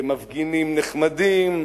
מפגינים נחמדים.